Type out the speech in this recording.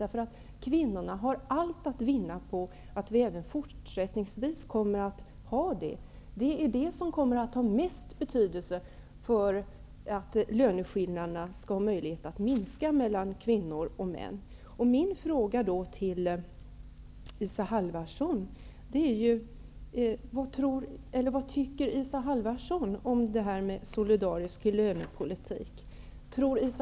Det har kvinnorna allt att vinna på, och det kommer att ha störst betydelse för möjligheten till att minska skillnaderna mellan kvinnors och mäns löner.